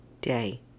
day